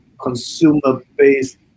consumer-based